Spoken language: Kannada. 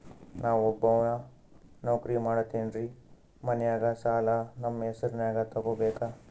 ನಾ ಒಬ್ಬವ ನೌಕ್ರಿ ಮಾಡತೆನ್ರಿ ಮನ್ಯಗ ಸಾಲಾ ನಮ್ ಹೆಸ್ರನ್ಯಾಗ ತೊಗೊಬೇಕ?